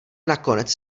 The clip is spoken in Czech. nakonec